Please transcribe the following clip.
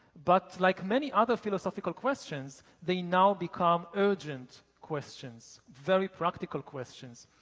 but like many other philosophical questions, they now become urgent questions, very practical questions.